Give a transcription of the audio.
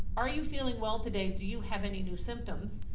are you feeling well today? do you have any new symptoms?